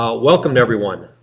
um welcome everyone.